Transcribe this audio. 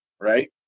right